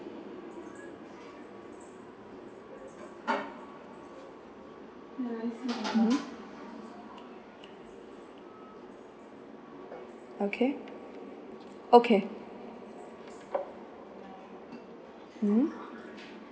mmhmm okay okay mmhmm